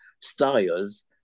styles